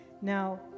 Now